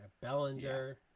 Bellinger